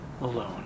alone